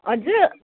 हजुर